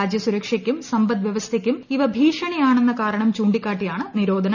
രാജ്യസുരക്ഷയ്ക്കും സമ്പദ് വ്യവസ്ഥയ്ക്കും ഇവ ഭീഷണിയാണെന്ന കാരണം ചൂണ്ടിക്കാട്ടി യാണ് നിരോധനം